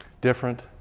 Different